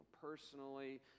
personally